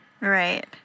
Right